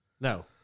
No